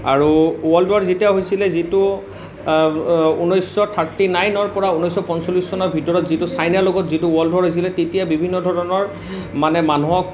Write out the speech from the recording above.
আৰু world war যেতিয়া হৈছিলে যিটো ঊনৈছশ থাৰ্টী নাইনৰ পৰা ঊনৈছশ পঞ্চলিছ চনৰ ভিতৰত যিটো চাইনাৰ লগত যিটো ৱাৰ হৈছিলে তেতিয়া বিভিন্ন ধৰণৰ মানে মানুহক